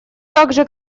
также